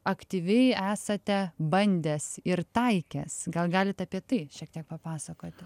aktyviai esate bandęs ir taikęs gal galit apie tai šiek tiek papasakoti